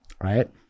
right